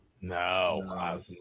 No